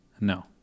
No